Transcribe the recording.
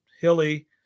hilly